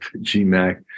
GMAC